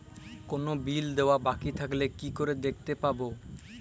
কোনো বিল দেওয়া বাকী থাকলে কি করে দেখতে পাবো?